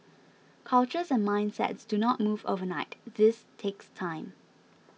cultures and mindsets do not move overnight this takes time